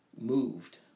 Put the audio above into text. moved